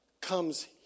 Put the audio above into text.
comes